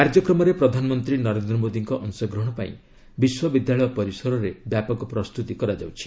କାର୍ଯ୍ୟକ୍ରମରେ ପ୍ରଧାନମନ୍ତ୍ରୀ ନରେନ୍ଦ୍ର ମୋଦିଙ୍କ ଅଂଶଗ୍ରହଣ ପାଇଁ ବିଶ୍ୱବିଦ୍ୟାଳୟ ପରିସରରେ ବ୍ୟାପକ ପ୍ରସ୍ତୁତି କରାଯାଉଛି